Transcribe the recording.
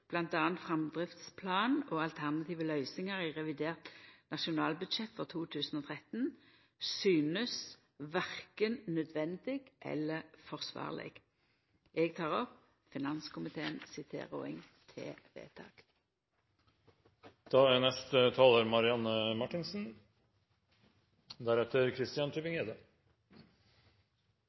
framdriftsplan og alternative løysingar i revidert nasjonalbudsjett for 2013, synest korkje nødvendig eller forsvarleg. Eg tilrår finanskomiteen si innstilling til